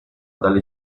dalle